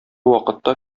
вакытта